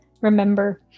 remember